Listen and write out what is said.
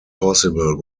possible